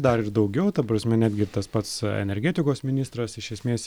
dar ir daugiau ta prasme netgi tas pats energetikos ministras iš esmės